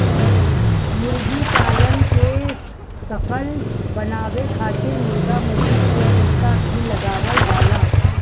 मुर्गीपालन के सफल बनावे खातिर मुर्गा मुर्गी के टीका भी लगावल जाला